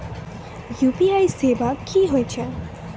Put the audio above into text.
UPI सेवा की होय छै?